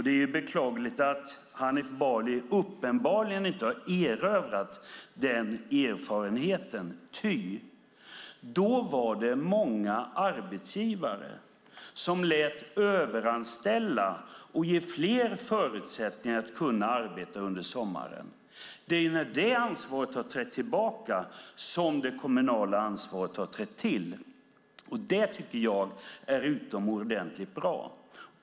Det är beklagligt att Hanif Bali uppenbarligen inte har erövrat den erfarenheten, ty då var det många arbetsgivare som lät överanställa och ge fler förutsättningar att arbeta under sommaren. Det är när det ansvaret har trätt tillbaka som det kommunala ansvaret har trätt till. Det tycker jag är utomordentligt bra.